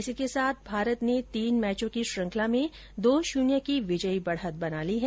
इसी के साथ भारत ने तीन मैचों की श्रृंखला में दो शून्य विजयी बढ़त बना ली है